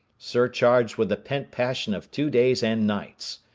surcharged with the pent passion of two days and nights.